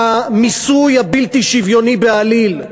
במיסוי הבלתי-שוויוני בעליל,